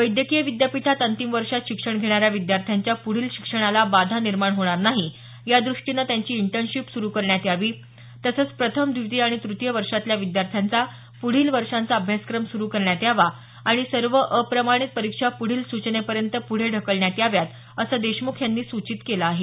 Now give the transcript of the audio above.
वैद्यकीय विद्यापीठात अंतिम वर्षात शिक्षण घेणाऱ्या विद्यार्थ्यांच्या प्ढील शिक्षणाला बाधा निर्माण होणार नाही यादृष्टीने त्यांची इंटर्नशिप सुरु करण्यात यावी तसंच प्रथम द्वितीय आणि तृतीय वर्षातल्या विद्यार्थ्यांचा प्ढील वर्षाचा अभ्यासक्रम सुरु करण्यात यावा आणि सर्व अप्रमाणित परीक्षा पुढील सूचनेपर्यंत पुढे ढकलण्यात याव्या असं देशमुख यांनी सूचित केलं आहे